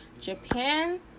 Japan